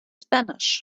spanish